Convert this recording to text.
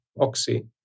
Oxy